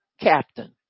captain